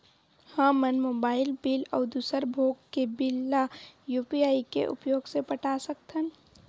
हमन mobile bill अउ दूसर भोग के बिल ला यू.पी.आई के उपयोग से पटा सकथन